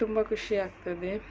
ತುಂಬ ಖುಷಿಯಾಗ್ತದೆ